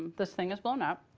this thing has blown up.